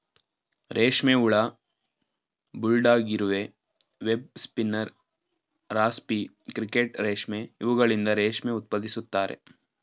ರೇಷ್ಮೆ ಹುಳ, ಬುಲ್ಡಾಗ್ ಇರುವೆ, ವೆಬ್ ಸ್ಪಿನ್ನರ್, ರಾಸ್ಪಿ ಕ್ರಿಕೆಟ್ ರೇಷ್ಮೆ ಇವುಗಳಿಂದ ರೇಷ್ಮೆ ಉತ್ಪಾದಿಸುತ್ತಾರೆ